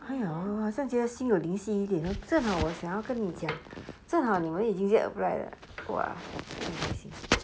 !aiya! 我好像觉得心有灵犀 you know 正好我想要跟你讲正好你们已经 apply 了